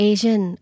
Asian